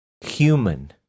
human